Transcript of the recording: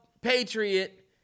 Patriot